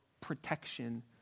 protection